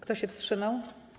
Kto się wstrzymał?